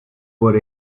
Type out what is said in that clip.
por